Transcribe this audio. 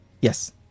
Yes